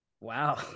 Wow